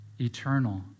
eternal